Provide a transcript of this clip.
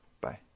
Bye